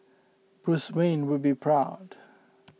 Bruce Wayne would be proud